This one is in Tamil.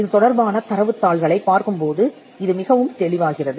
இது தொடர்பான தரவுத் தாள்களைப் பார்க்கும் போது இது மிகவும் தெளிவாகிறது